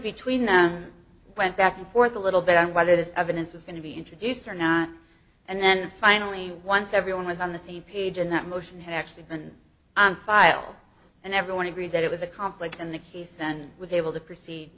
between them went back and forth a little bit on whether this evidence was going to be introduced or not and then finally once everyone was on the same page and that motion had actually been on file and everyone agreed that it was a conflict in the case and was able to proceed